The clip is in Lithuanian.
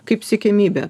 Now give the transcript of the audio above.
kaip siekiamybę